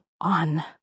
on